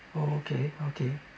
oh okay okay